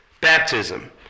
baptism